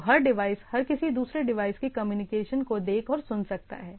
तो हर डिवाइस हर किसी दूसरे डिवाइस की कम्युनिकेशन को देख और सुन सकता है